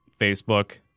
Facebook